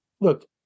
look